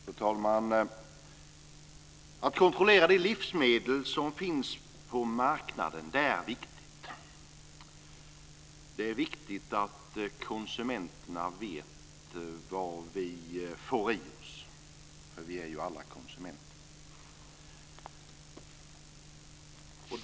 Fru talman! Det är viktigt att kontrollera de livsmedel som finns på marknaden. Det är viktigt att vi konsumenter vet vad vi får i oss - för vi är ju alla konsumenter.